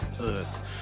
earth